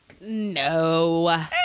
no